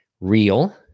real